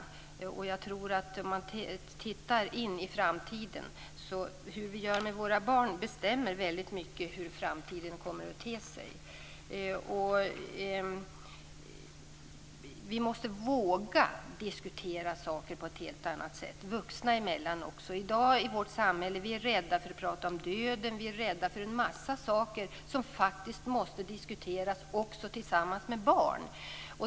Sett in i framtiden tror jag att detta med hur vi gör med våra barn väldigt mycket är avgörande för hur framtiden kommer att te sig. Vi måste våga diskutera saker på ett helt annat sätt. Det gäller också vuxna emellan. I dag är vi i vårt samhälle rädda för att prata om döden. Ja, vi är rädda för en mängd saker som faktiskt måste diskuteras, också tillsammans med barn.